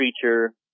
creature